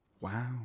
Wow